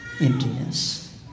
emptiness